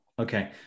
Okay